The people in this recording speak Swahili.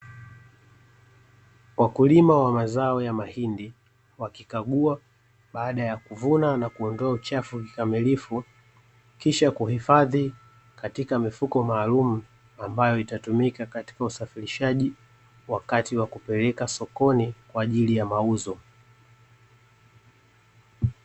Wakulima wa mazao ya mahindi wakikagua baada ya kuvuna na kuondoa uchafu kikamilifu, kisha kuhifadhi katika mifuko maalumu ambayo itatumika katika usafirishaji wakati wa kupeleka sokoni kwa ajili ya mauzo.